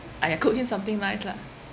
!aiya! cook him something nice lah